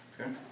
Okay